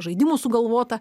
žaidimų sugalvota